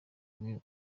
ubumwe